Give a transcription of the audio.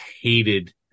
hated